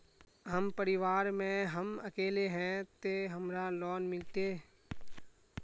हम परिवार में हम अकेले है ते हमरा लोन मिलते?